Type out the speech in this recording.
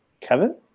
Kevin